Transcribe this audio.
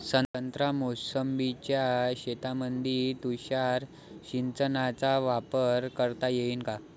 संत्रा मोसंबीच्या शेतामंदी तुषार सिंचनचा वापर करता येईन का?